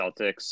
Celtics